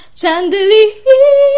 chandelier